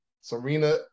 serena